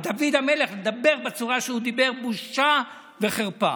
על דוד המלך לדבר בצורה שהוא דיבר, בושה וחרפה.